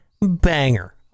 banger